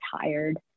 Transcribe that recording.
tired